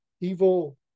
evil